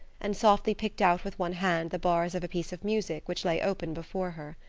and softly picked out with one hand the bars of a piece of music which lay open before her.